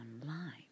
online